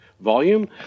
volume